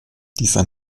dieser